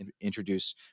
introduce